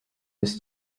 his